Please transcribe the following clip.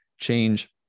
change